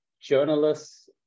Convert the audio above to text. journalists